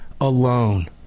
alone